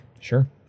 sure